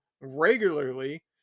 regularly